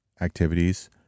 activities